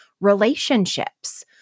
relationships